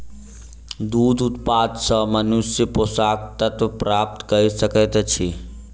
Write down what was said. दूध उत्पाद सॅ मनुष्य पोषक तत्व प्राप्त कय सकैत अछि